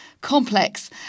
complex